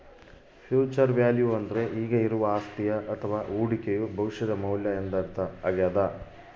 future value ಅಂದ್ರೆ ಈಗ ಇರುವ ಅಸ್ತಿಯ ಅಥವ ಹೂಡಿಕೆಯು ಭವಿಷ್ಯದ ಮೌಲ್ಯ ಎಂದರ್ಥ ಆಗ್ಯಾದ